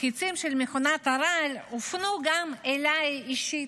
החיצים של מכונת הרעל הופנו גם אליי אישית.